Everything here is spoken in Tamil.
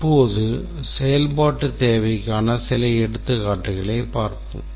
இப்போது செயல்பாட்டுத் தேவைக்கான சில எடுத்துக்காட்டுகளைப் பார்ப்போம்